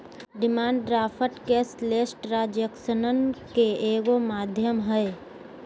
demand draft cashless ट्रांजेक्शनन के एगो माध्यम हइ